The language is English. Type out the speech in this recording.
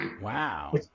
Wow